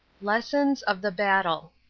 lessons of the battle